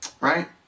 Right